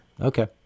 Okay